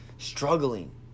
Struggling